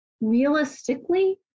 Realistically